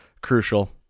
crucial